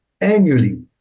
annually